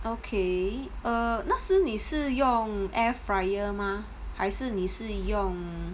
okay err 那时你是用 air fryer 吗还是你是用